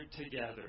together